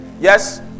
Yes